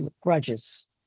grudges